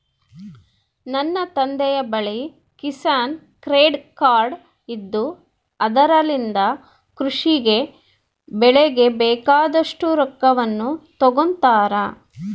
ನನ್ನ ತಂದೆಯ ಬಳಿ ಕಿಸಾನ್ ಕ್ರೆಡ್ ಕಾರ್ಡ್ ಇದ್ದು ಅದರಲಿಂದ ಕೃಷಿ ಗೆ ಬೆಳೆಗೆ ಬೇಕಾದಷ್ಟು ರೊಕ್ಕವನ್ನು ತಗೊಂತಾರ